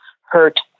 hurt